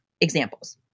Examples